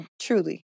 Truly